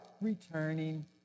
returning